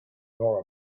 nor